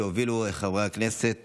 שהובילו חברי הכנסת